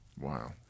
Wow